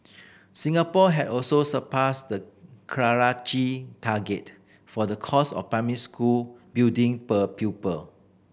Singapore had also surpassed the Karachi target for the cost of primary school building per pupil